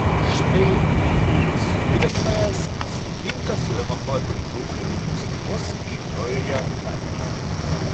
štai iį suvirintojas sutinka suremontuoti du galinius namus žaliojoje gatvėje